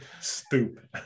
stupid